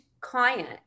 client